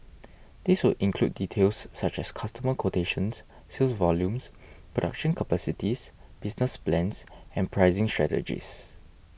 this would include details such as customer quotations sales volumes production capacities business plans and pricing strategies